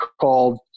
called